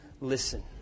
listen